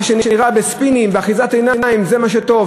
מה שנראה בספינים ובאחיזת עיניים, זה מה שטוב.